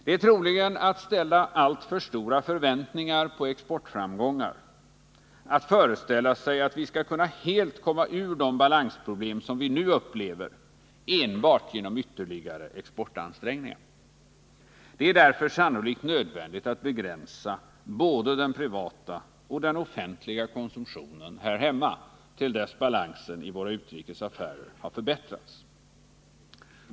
Det är troligen att ställa alltför stora förväntningar på exportframgångar att föreställa sig att vi helt skall kunna komma ur de balansproblem som vi nu upplever enbart genom ytterligare exportansträngningar. Det är därför sannolikt nödvändigt att begränsa både den privata och den offentliga konsumtionen här hemma till dess balansen i våra utrikesaffärer har förbättrats.